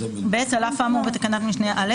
(ב) על אף האמור בתקנת משנה (א'),